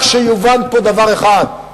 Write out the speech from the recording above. רק שיובן פה דבר אחד,